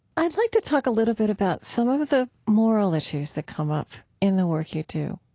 i'd like to talk a little bit about some of the moral issues that come up in the work you do,